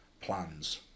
Plans